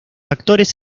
actores